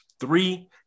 Three